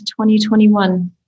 2021